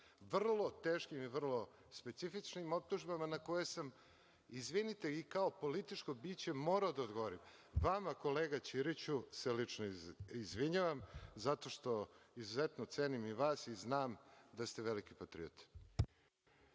vrlo teškim i vrlo specifičnim optužbama, na koje sam, izvinite, i kao političko biće morao da odgovorim. Vama, kolega Ćiriću, se lično izvinjavam, zato što izuzetno cenim i vas i znam da ste veliki patriota.